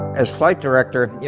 as flight director, yeah